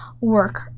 work